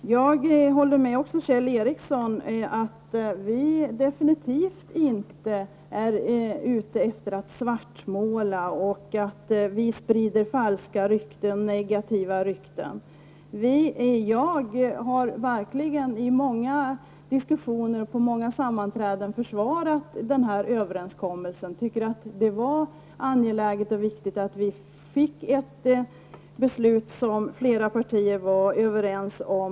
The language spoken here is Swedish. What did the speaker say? Jag håller också med Kjell Ericsson om att vi definitivt inte är ute efter att svartmåla eller sprida negativa, falska rykten. Jag har verkligen i många diskussioner och på många sammanträden försvarat överenskommelsen. Jag tycker att det var angeläget och viktigt att vi fick ett beslut som flera partier varit överens om.